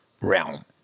realm